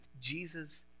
Jesus